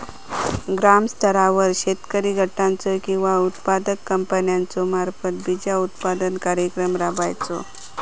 ग्रामस्तरावर शेतकरी गटाचो किंवा उत्पादक कंपन्याचो मार्फत बिजोत्पादन कार्यक्रम राबायचो?